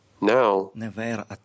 Now